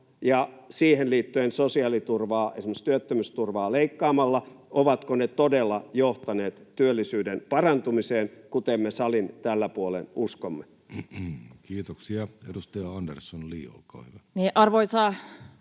ja siihen liittyen sosiaaliturvaa — esimerkiksi työttömyysturvaa — leikkaamalla todella johtaneet työllisyyden parantumiseen, kuten me salin tällä puolen uskomme. [Speech 33] Speaker: Jussi Halla-aho